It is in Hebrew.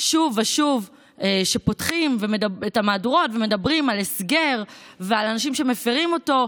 שוב ושוב שפותחים את המהדורות ומדברים על הסגר ועל אנשים שמפירים אותו,